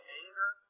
anger